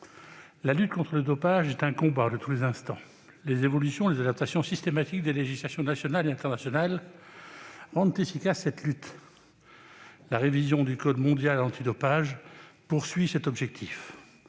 La lutte contre le dopage est un combat de tous les instants. Les évolutions et les adaptations systématiques des législations nationales et internationales rendent efficace cette lutte. La révision du code mondial antidopage a cet objectif.